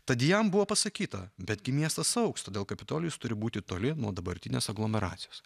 tad jam buvo pasakyta betgi miestas augs todėl kapitolijus turi būti toli nuo dabartinės aglomeracijos